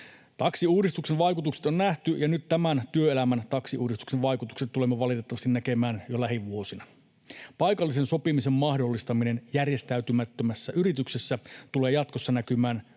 Taksiuudistuksen vaikutukset on nähty, ja nyt tämän työelämän taksiuudistuksen vaikutukset tulemme valitettavasti näkemään jo lähivuosina. Paikallisen sopimisen mahdollistaminen järjestäytymättömässä yrityksessä tulee jatkossa näkymään